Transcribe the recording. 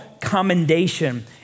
commendation